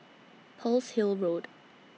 Pearl's Hill Road